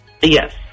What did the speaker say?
Yes